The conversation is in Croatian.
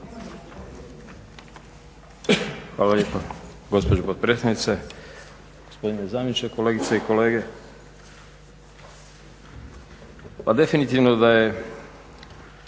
Hvala lijepa gospođo potpredsjednice. Gospodine zamjeniče, kolegice i kolege. Pa definitivno da su